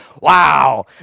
wow